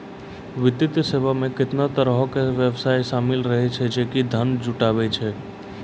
वित्तीय सेवा मे केतना तरहो के व्यवसाय शामिल रहै छै जे कि धन जुटाबै छै